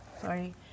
Sorry